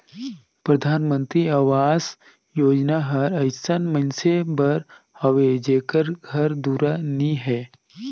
परधानमंतरी अवास योजना हर अइसन मइनसे बर हवे जेकर घर दुरा नी हे